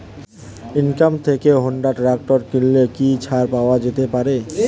ই commerce থেকে Honda tractor কিনলে কি ছাড় পাওয়া যেতে পারে?